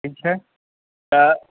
ठीक छै तऽ